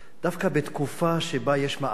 דווקא בתקופה שבה יש מאבק,